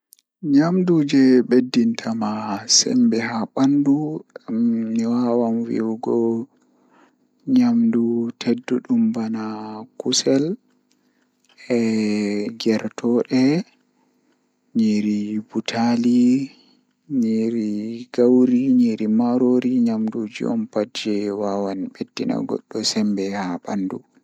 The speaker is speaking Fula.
Eɗe njamaaji waɗata faggude waɗude kuyɗe ngam njamaaji rewɓe ngam ngoni haɓɓude nguurndam. Ɓeɗɗo e hoore, ɗum waɗi rewɓe ngam rewɓe waɗa ko protein e iron. Ko rewɓe ngal rewɓe ngam rewɓe waɗa faggude waɗude hayɗo ngal.